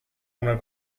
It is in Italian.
una